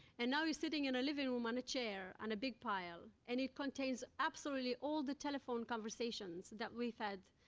and now sitting in our living room on a chair, on a big pile, and it contains absolutely all the telephone conversations that we've had,